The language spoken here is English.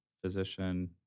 physician